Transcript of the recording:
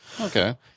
Okay